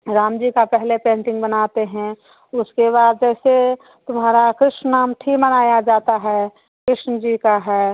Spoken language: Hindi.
राम जी का पहले पेंटिंग बनाते हैं उसके बाद जैसे तुम्हारा कृष्ण नाम ठी मनाया जाता है कृष्ण जी का है